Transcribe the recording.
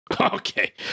Okay